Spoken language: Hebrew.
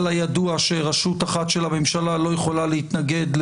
הידוע שרשות אחת של הממשלה לא יכולה להתנגד,